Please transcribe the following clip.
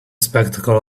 spectacle